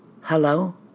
Hello